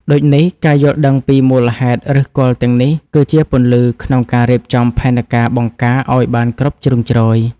ដូចនេះ ការយល់ដឹងពីមូលហេតុឫសគល់ទាំងនេះ គឺជាពន្លឺក្នុងការរៀបចំផែនការបង្ការឱ្យបានគ្រប់ជ្រុងជ្រោយ។